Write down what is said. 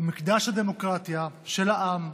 הוא מקדש הדמוקרטיה של העם,